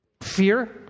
Fear